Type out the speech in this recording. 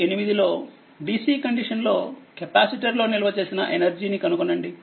8 లో DC కండిషన్లో కెపాసిటర్లో నిల్వ చేసిన ఎనర్జీని కనుగొనండి